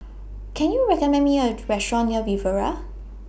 Can YOU recommend Me A Restaurant near Riviera